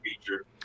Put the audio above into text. feature